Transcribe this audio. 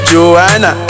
Joanna